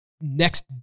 next